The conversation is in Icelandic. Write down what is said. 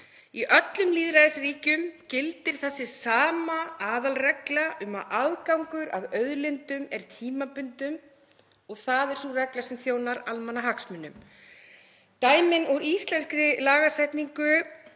Í öllum lýðræðisríkjum gildir þessi sama aðalregla um að aðgangur að auðlindum er tímabundinn og það er sú regla sem þjónar almannahagsmunum. Dæmin úr íslenskri lagasetningu,